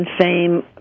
fame